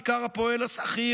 בעיקר הפועל השכיר,